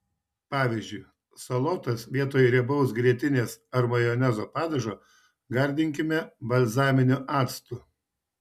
pavyzdžiui salotas vietoj riebaus grietinės ar majonezo padažo gardinkime balzaminiu actu